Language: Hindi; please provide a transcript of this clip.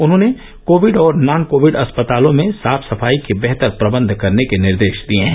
उन्होंने कोविड और नॉन कोविड अस्पतालों में साफ सफाई के बेहतर प्रबंध करने के निर्देश दिए हैं